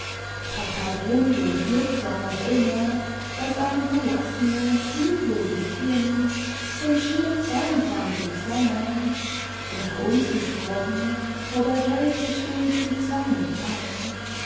papa brummt und knurrt zwar noch immer daß ein verlassenes hilfloses kind von schier zweiundzwanzig sommern unter uns gesprochen vor der welt gesteh ich die zwei nicht ein